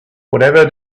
whatever